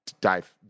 dive